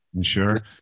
Sure